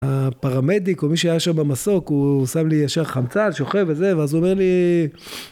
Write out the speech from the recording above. הפרמדיק, או מי שהיה שם במסוק, הוא שם לי ישר חמצן, שוכב וזה, ואז הוא אומר לי...